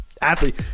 athlete